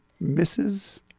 misses